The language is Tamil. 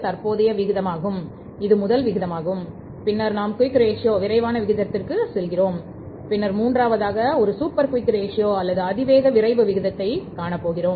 தற்போதைய விகிதத்தை 1